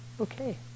Okay